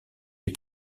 les